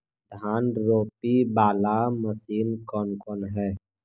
धान रोपी बाला मशिन कौन कौन है?